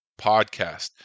Podcast